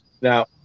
Now